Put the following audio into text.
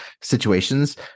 situations